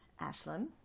Ashlyn